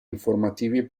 informativi